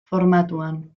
formatuan